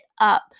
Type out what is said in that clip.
up